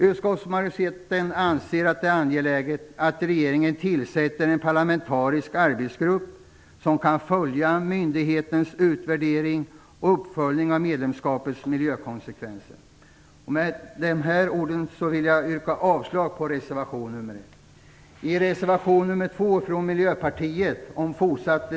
Utskottsmajoriteten anser att det är angeläget att regeringen tillsätter en parlamentarisk arbetsgrupp som kan följa myndigheternas utvärdering och göra en uppföljning av medlemskapets miljökonsekvenser. Med dessa ord vill jag yrka avslag på reservation nr 1.